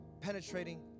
penetrating